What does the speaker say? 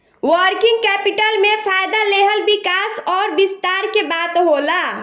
working capital में फ़ायदा लेहल विकास अउर विस्तार के बात होला